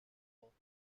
guides